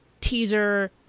teaser